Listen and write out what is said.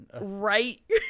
right